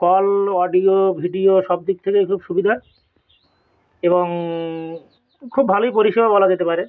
call audio video সবদিক থেকেই খুব সুবিধা এবং খুব ভালোই পরিষেবা বলা যেতে পারে